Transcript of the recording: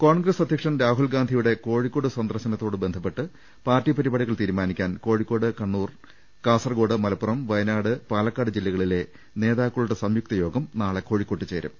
കോൺഗ്രസ് അധ്യക്ഷൻ രാഹുൽഗാന്ധിയുടെ കോഴിക്കോട് സന്ദർശനത്തോട് ബന്ധപ്പെട്ട് പാർട്ടി പരിപാടികൾ തീരുമാനിക്കാൻ കോഴിക്കോട് കണ്ണൂർ കാസർകോട് മലപ്പുറം പാലക്കാട് വയ നാട് ജില്ലകളിലെ നേതാക്കളുടെ സംയുക്ത യോഗം നാളെ കോഴി ക്കോട് ചേരും